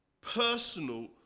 Personal